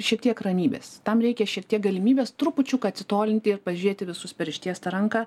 šiek tiek ramybės tam reikia šiek tiek galimybės trupučiuką atsitolinti pažiūrėti į visus per ištiestą ranką